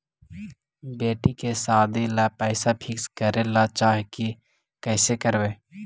बेटि के सादी ल पैसा फिक्स करे ल चाह ही कैसे करबइ?